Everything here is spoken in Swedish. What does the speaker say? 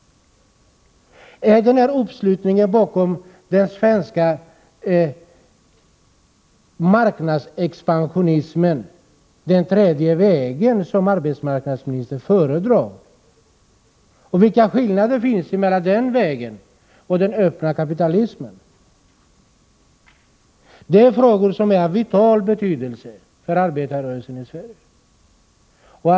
Är den här uppslutningen bakom den svenska marknadsexpansionismen den tredje väg som arbetsmarknadsministern föredrar? Vilken skillnad finns det mellan den vägen och den öppna kapitalismen? Detta är frågor som är av vital betydelse för arbetarrörelsen i Sverige.